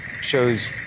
shows